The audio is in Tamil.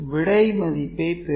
விடை மதிப்பை பெரும்